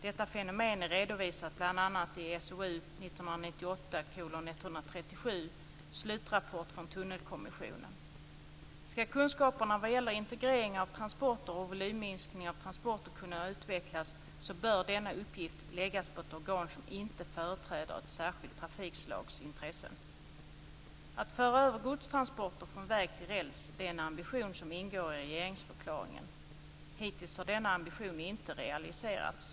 Detta fenomen är redovisat bl.a. i SOU 1998:137 Slutrapport från Tunnelkommissionen. Ska kunskaperna vad gäller integrering av transporter och volymminskning av transporter kunna utvecklas bör denna uppgift läggas på ett organ som inte företräder ett särskilt trafikslags intressen. Att föra över godstransporter från väg till räls är en ambition som ingår i regeringsförklaringen. Hittills har denna ambition inte realiserats.